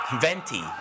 Venti